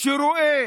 שרואה